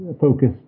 focus